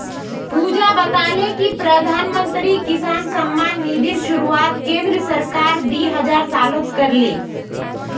पुजा बताले कि प्रधानमंत्री किसान सम्मान निधिर शुरुआत केंद्र सरकार दी हजार सोलत कर ले